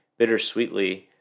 bittersweetly